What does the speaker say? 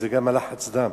אלא גם לחץ הדם.